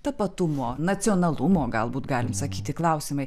tapatumo nacionalumo galbūt galim sakyti klausimai